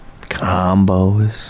combos